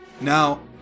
Now